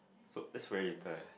so it's very little leh